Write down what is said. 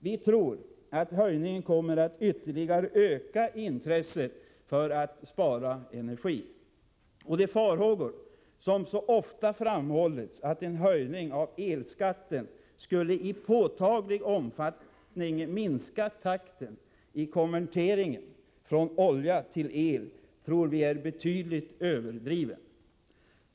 Vi tror att höjningen kommer att ytterligare öka intresset för att spara energi. Och de farhågor som så ofta framhållits, att en höjning av elskatten i påtaglig omfattning skulle minska takten i konverteringen från olja till el, tror vi är betydligt överdrivna.